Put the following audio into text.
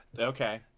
okay